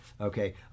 okay